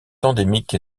endémique